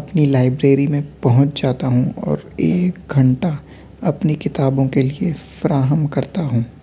اپنی لائبریری میں پہنچ جاتا ہوں اور ایک گھنٹا اپنی کتابوں کے لیے فراہم کرتا ہوں